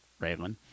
Raylan